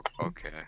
Okay